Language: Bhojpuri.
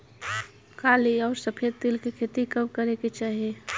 काली अउर सफेद तिल के खेती कब करे के चाही?